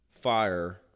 fire